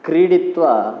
क्रीडित्वा